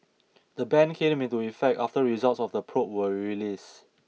the ban came into effect after results of the probe were released